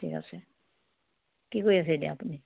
ঠিক আছে কি কৰি আছে এতিয়া আপুনি